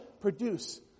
produce